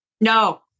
no